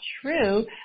true